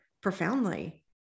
profoundly